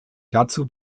dazu